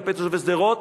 כלפי תושבי שדרות,